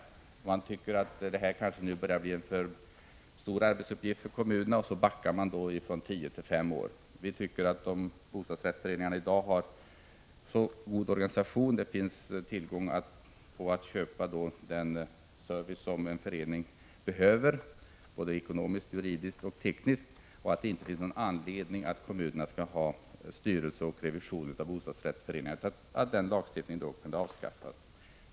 Regeringen anser att det här börjar bli en betungande arbetsuppgift för kommunerna, och alltså backar man från tio till fem år. Vi tycker att bostadsrättsföreningarna i dag har en så god organisation och att det finns möjligheter att köpa den service som en förening behöver ekonomiskt, juridiskt och tekniskt, varför det inte finns någon anledning att kommunerna skall ha representation i styrelse och revision när det gäller bostadsrättsföreningar. Den lagstiftningen borde avskaffas.